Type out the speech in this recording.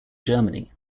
germany